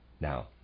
Now